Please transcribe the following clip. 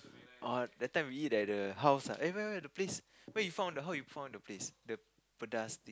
ah that time we eat at the house ah where where the place where you found how you found the place the Pedas